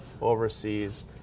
overseas